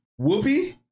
Whoopi